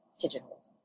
pigeonholed